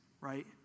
right